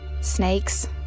Snakes